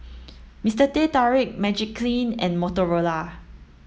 Mister Teh Tarik Magiclean and Motorola